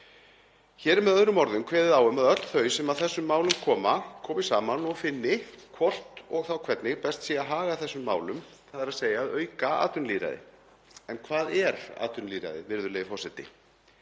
Hér er með öðrum orðum kveðið á um að öll þau sem að þessum málum koma komi saman og finni hvort og þá hvernig best sé að haga þessum málum, þ.e. að auka atvinnulýðræði. En hvað er atvinnulýðræði, virðulegi forseti?